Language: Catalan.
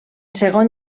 segon